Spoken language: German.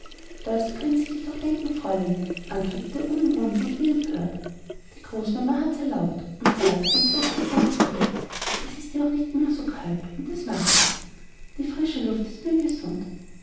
das können sie sich doch denken fräulein antwortete er unumwunden und wie empört die großmama hat's erlaubt und da ist's dem großpapa auch recht es ist ja auch nicht immer so kalt und das macht auch nichts die frische luft ist mir gesund